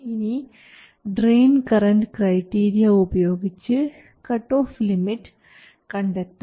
ഇനി drain current criteria ഉപയോഗിച്ച് cut off limit കണ്ടെത്താം